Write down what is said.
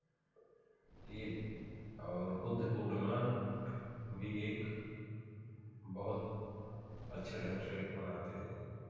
यह और बुद्धपूर्णिमा भी एक बहुत अच्छे ढंग से मनाते हैं